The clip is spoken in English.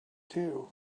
too